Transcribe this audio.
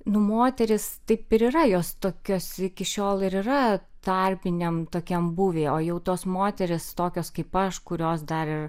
nu moterys taip ir yra jos tokios iki šiol ir yra tarpiniam tokiam būvyje o jau tos moterys tokios kaip aš kurios dar ir